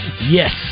Yes